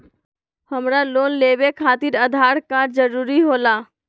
हमरा लोन लेवे खातिर आधार कार्ड जरूरी होला?